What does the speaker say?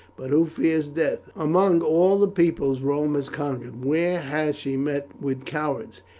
but who fears death? among all the peoples rome has conquered where has she met with cowards?